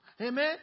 Amen